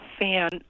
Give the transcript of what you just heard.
fan